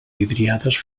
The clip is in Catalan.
vidriades